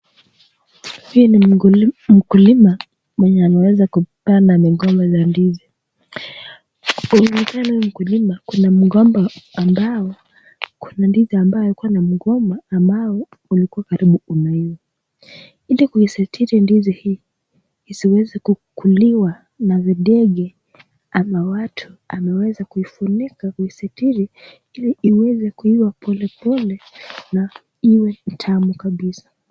Hii ni mkulim.. mkulima mwenye ameweza kupanda mgomba za ndizi inaonekana huyu mkulima kuna mgomba ambao kuna ndizi ambayo huko na mgomba ambao ulikuwa karibu umeiva ili kuisitiri ndizi hii hisiwezekukuliwa na videge ama watu ameweza kuifunika kusitiri iweze kuiva polepole na iwe tamu kabisa.